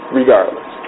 regardless